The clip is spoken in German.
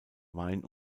wein